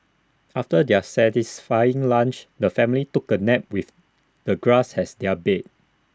after their satisfying lunch the family took A nap with the grass as their bed